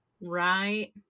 Right